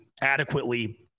adequately